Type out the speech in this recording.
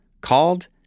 called